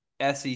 SEC